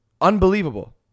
Unbelievable